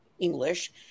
English